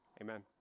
Amen